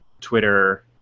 Twitter